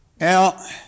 now